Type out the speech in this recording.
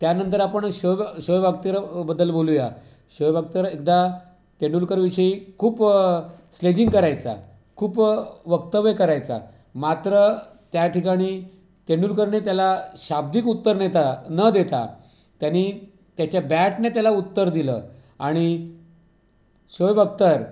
त्यानंतर आपण शोएब शोएब अक्तर बद्दल बोलू या शोएब अक्तर एकदा तेंडुलकरविषयी खूप स्लेजिंग करायचा खूप वक्तव्य करायचा मात्र त्या ठिकाणी तेंदुलकरने त्याला शाब्दिक उत्तर नेता न देता त्यानी त्याच्या बॅटने त्याला उत्तर दिलं आणि शोएब अक्तर